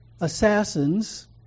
assassins